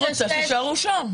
היא רוצה שיישארו שם.